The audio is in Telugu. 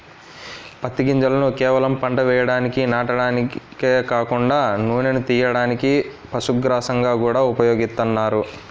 పత్తి గింజలను కేవలం పంట వేయడానికి నాటడమే కాకుండా నూనెను తియ్యడానికి, పశుగ్రాసంగా గూడా ఉపయోగిత్తన్నారు